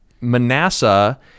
manasseh